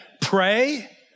Pray